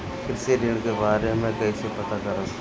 कृषि ऋण के बारे मे कइसे पता करब?